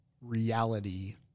reality